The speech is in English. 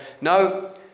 no